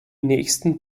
nächsten